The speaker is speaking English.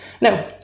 No